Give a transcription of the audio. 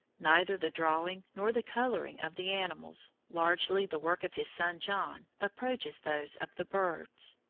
neither the drawing nor the colouring of the animals, largely the work of his son john, approaches those of the birds.